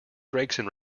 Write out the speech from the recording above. gregson